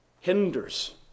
hinders